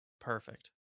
perfect